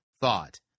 thought